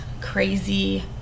crazy